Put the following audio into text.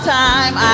time